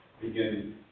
Begin